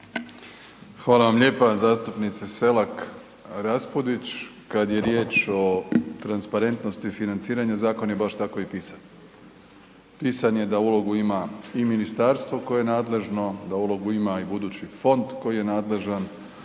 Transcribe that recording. Hvala vam lijepa zastupnice Selak Raspudić. Kad je riječ o transparentnosti financiranja, zakon je baš tako i pisan. Pisan je da ulogu ima i ministarstvo koje je nadležno, da ulogu ima i budući fond koji je nadležan,